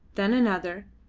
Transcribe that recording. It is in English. then another,